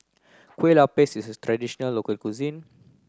Kueh Lapis is a traditional local cuisine